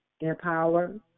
empower